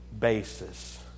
Basis